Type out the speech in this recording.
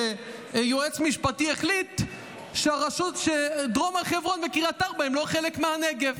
איזה יועץ משפטי החליט שדרום הר חברון וקריית ארבע הם לא חלק מהנגב.